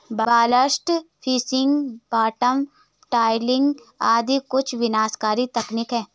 blast fishing, bottom trawling आदि कुछ विनाशकारी तकनीक है